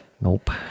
Nope